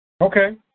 Okay